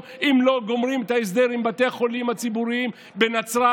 אם לא גומרים את ההסדר עם בתי החולים הציבוריים בנצרת,